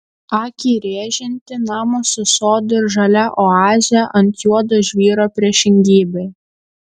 akį rėžianti namo su sodu ir žalia oaze ant juodo žvyro priešingybė